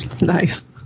Nice